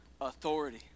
authority